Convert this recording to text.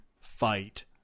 fight